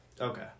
Okay